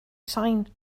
sain